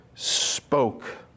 spoke